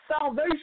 salvation